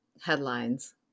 headlines